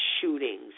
shootings